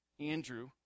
Andrew